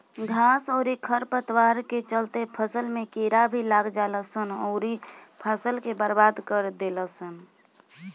घास अउरी खर पतवार के चलते फसल में कीड़ा भी लाग जालसन अउरी फसल के बर्बाद कर देलसन